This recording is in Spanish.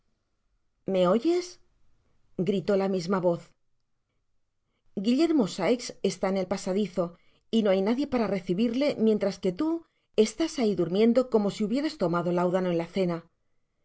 me oyes gritó la misma voz guillermo sikes está en el pasadizo y no hay nadie para recibirle mientras que tu te estás ahi durmiendo como si hubieras tomado láudano en la cena